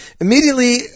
Immediately